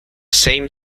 same